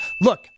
Look